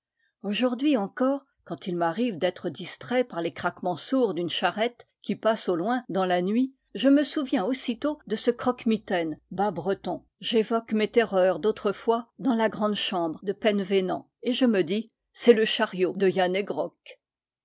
jourd'hui encore quand il m'arrive d'être distrait par les craquements sourds d'une charrette qui passe au loin dans la nuit je me souviens aussitôt de ce croquemitaine basbreton j'évoque mes terreurs d'autrefois dans la grande chambre de penvénan et je me dis c'est le chariot de yann he grok si